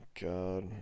God